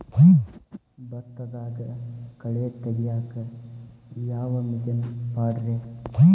ಭತ್ತದಾಗ ಕಳೆ ತೆಗಿಯಾಕ ಯಾವ ಮಿಷನ್ ಪಾಡ್ರೇ?